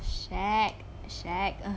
shag shag uh